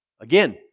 Again